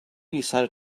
decided